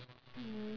mm